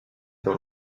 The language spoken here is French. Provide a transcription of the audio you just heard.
dans